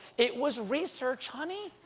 it was research. honey,